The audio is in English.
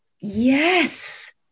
yes